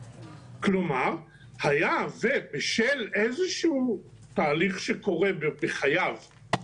כלומר, היה ובשל איזשהו תהליך שקורה בחייו,